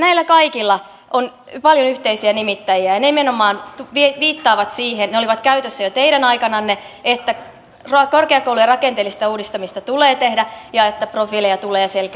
näillä kaikilla on paljon yhteisiä nimittäjiä ja ne nimenomaan viittaavat siihen ne olivat käytössä jo teidän aikananne että korkeakoulujen rakenteellista uudistamista tulee tehdä ja että profiileja tulee selkeyttää